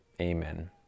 Amen